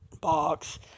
box